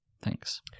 thanks